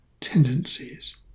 tendencies